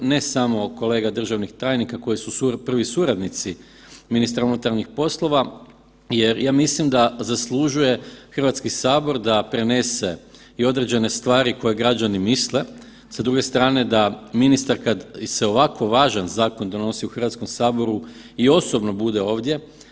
Ne samo kolega državnih tajnika koji su prvi suradnici ministra MUP-a, jer ja mislim da zaslužuje Hrvatski sabor da prenese i određene stvari koje građani misle, s druge strane da ministar kad se ovako važan zakon donosi u Hrvatskom saboru i osobno bude ovdje.